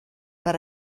per